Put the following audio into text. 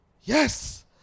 Yes